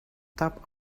tap